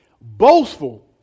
Boastful